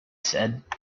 said